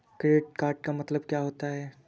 Credit का मतलब क्या होता है?